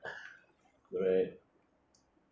alright